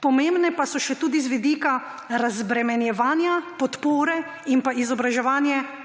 Pomembne pa so tudi z vidika razbremenjevanja, podpore in izobraževanja